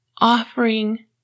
offering